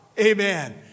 Amen